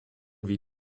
wie